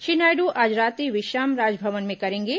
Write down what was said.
श्री नायडू आज रात्रि विश्राम राजभवन में करेंगे